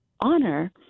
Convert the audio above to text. honor